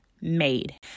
made